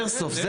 איירסופט.